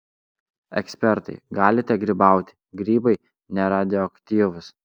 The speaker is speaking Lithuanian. ekspertai galite grybauti grybai neradioaktyvūs